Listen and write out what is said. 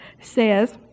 says